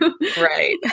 Right